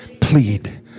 plead